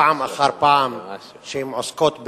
פעם אחר פעם שהן עוסקות ברמאויות,